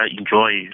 enjoy